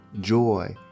joy